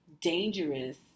dangerous